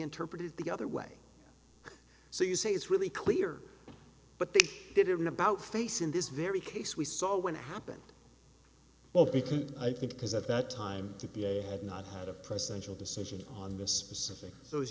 interpreted the other way so you say it's really clear they did an about face in this very case we saw when it happened well i think because at that time to be a have not had a presidential decision on this specific so is